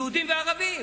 יהודים וערבים,